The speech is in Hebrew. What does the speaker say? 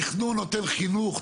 תכנון נותן חינוך,